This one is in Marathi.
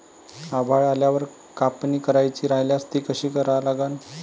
आभाळ आल्यावर कापनी करायची राह्यल्यास ती कशी करा लागन?